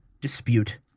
dispute